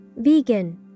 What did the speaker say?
Vegan